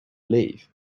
leave